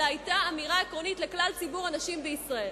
אלא היתה אמירה עקרונית לכלל ציבור הנשים בישראל.